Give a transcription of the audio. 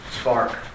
spark